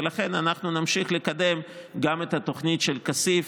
ולכן אנחנו נמשיך לקדם גם את התוכנית של כסיף